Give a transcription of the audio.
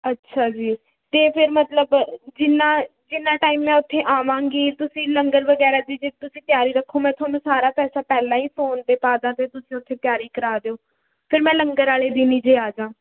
ਅੱਛਾ ਜੀ ਅਤੇ ਫਿਰ ਮਤਲਬ ਜਿੰਨਾ ਜਿੰਨਾ ਟਾਈਮ ਮੈਂ ਉੱਥੇ ਆਵਾਂਗੀ ਤੁਸੀਂ ਲੰਗਰ ਵਗੈਰਾ ਦੀ ਜੇ ਤੁਸੀਂ ਤਿਆਰੀ ਰੱਖੋ ਮੈਂ ਤੁਹਾਨੂੰ ਸਾਰਾ ਪੈਸਾ ਪਹਿਲਾਂ ਹੀ ਫੋਨ 'ਤੇ ਪਾ ਦਾਂ ਅਤੇ ਤੁਸੀਂ ਉੱਥੇ ਤਿਆਰੀ ਕਰਾ ਦਿਓ ਫਿਰ ਮੈਂ ਲੰਗਰ ਵਾਲੇ ਦਿਨ ਹੀ ਜੇ ਆ ਜਾ